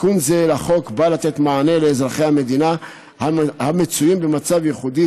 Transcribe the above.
תיקון זה לחוק בא לתת מענה לאזרחי המדינה המצויים במצב ייחודי